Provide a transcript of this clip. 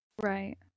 Right